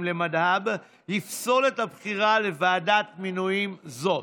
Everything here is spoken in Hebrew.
מד'הב יפסול את הבחירה לוועדת מינויים זו.